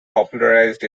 popularized